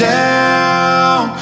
down